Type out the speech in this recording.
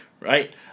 Right